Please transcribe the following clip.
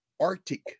Arctic